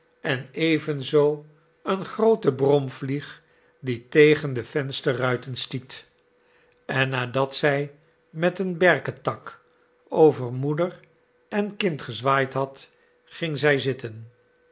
en evenzoo een groote bromvlieg die tegen de vensterruiten stiet en nadat zij met een berkentak over moeder en kind gezwaaid had ging zij zitten